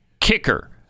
kicker